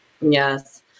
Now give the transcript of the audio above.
Yes